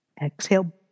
Exhale